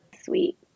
sweet